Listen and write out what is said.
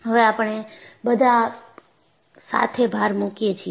હવે આપણે બધા સાથે ભાર મુકીએ છીએ